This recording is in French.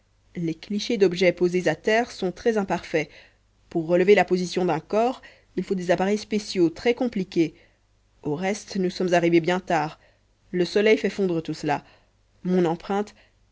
les clichés d'objets posés à terre sont très imparfaits pour relever la position d'un corps il faut des appareils spéciaux très compliqués au reste nous sommes arrivés bien tard le soleil fait fondre tout cela mon empreinte